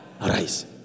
arise